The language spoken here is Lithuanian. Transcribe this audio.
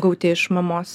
gauti iš mamos